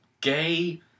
gay